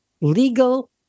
legal